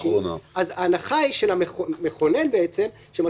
עד שייגמרו חייה של הכנסת הזאת ויובאו